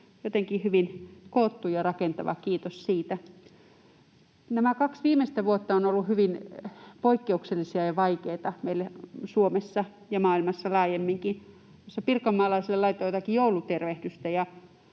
jotenkin hyvin koottu ja rakentava, kiitos siitä. Nämä kaksi viimeistä vuotta ovat olleet hyvin poikkeuksellisia ja vaikeita meille Suomessa ja maailmassa laajemminkin. Tuossa pirkanmaalaisille laitoin jotakin joulutervehdystä,